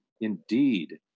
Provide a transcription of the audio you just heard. Indeed